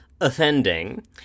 offending